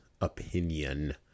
opinion